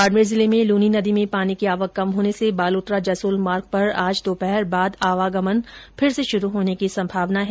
बाडमेर जिले में लूनी नदी में पानी की आवक कम होने से बालोतरा जसोल मार्ग पर आज दोपहर बाद आवागमन फिर शुरू होने की संभावना है